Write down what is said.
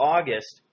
August